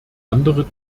andere